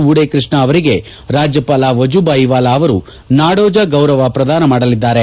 ವೂಡೇ ಕೃಷ್ಣ ಅವರಿಗೆ ರಾಜ್ಯಪಾಲ ವಜುಭಾಯಿ ವಾಲಾ ಅವರು ನಾಡೋಜ ಗೌರವ ಪ್ರದಾನ ಮಾಡಲಿದ್ದಾರೆ